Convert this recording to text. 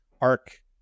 ARC